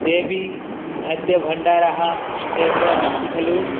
देवीखाद्यभण्डारः केन्द्रमस्ति खलु